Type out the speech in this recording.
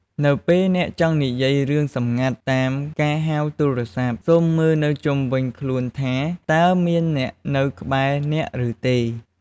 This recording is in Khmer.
នៅពេលអ្នកចង់និយាយារឿងសម្ងាត់តាមការហៅទូរស័ព្ទ សូមមើលនៅជុំវិញថាតើមានអ្នកនៅក្បែរអ្នកឬទេ។